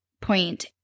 point